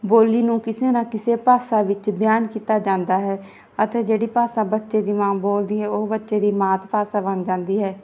ਬੋਲੀ ਨੂੰ ਕਿਸੇ ਨਾ ਕਿਸੇ ਭਾਸ਼ਾ ਵਿੱਚ ਬਿਆਨ ਕੀਤਾ ਜਾਂਦਾ ਹੈ ਅਤੇ ਜਿਹੜੀ ਭਾਸ਼ਾ ਬੱਚੇ ਦੀ ਮਾਂ ਬੋਲਦੀ ਹੈ ਉਹ ਬੱਚੇ ਦੀ ਮਾਤ ਭਾਸ਼ਾ ਬਣ ਜਾਂਦੀ ਹੈ